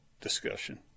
discussion